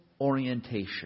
orientation